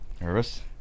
Nervous